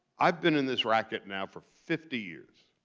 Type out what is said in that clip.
i've been in this racket now for fifty years.